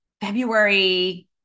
February